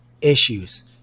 issues